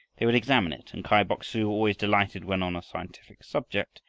they would examine it, and kai bok-su, always delighted when on a scientific subject,